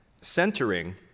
centering